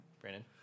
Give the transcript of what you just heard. Brandon